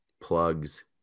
plugs